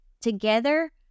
Together